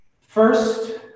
First